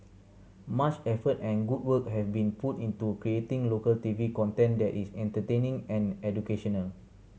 much effort and good work have been put into creating local T V content that is entertaining and educational